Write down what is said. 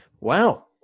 Wow